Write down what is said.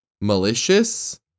malicious